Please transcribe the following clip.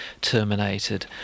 terminated